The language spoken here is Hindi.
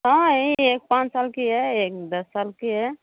हाँ ये एक पाँच साल की है एक दस साल की है